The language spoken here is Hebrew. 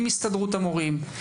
עם הסתדרות המורים,